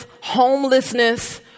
homelessness